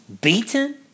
beaten